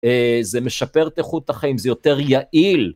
אהה…זה משפר את איכות החיים, זה יותר יעיל.